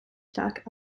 stark